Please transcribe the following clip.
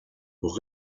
pour